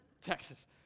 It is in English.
Texas